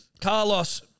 Carlos